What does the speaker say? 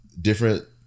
different